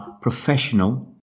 professional